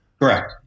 Correct